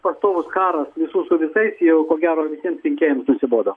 pastovus karas visų su visais jau ko gero visiems rinkėjams nusibodo